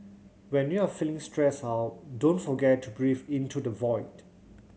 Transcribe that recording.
when you have feeling stressed out don't forget to breathe into the void